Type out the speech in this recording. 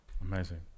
Amazing